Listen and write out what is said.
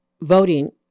voting